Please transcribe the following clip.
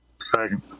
Second